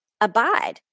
abide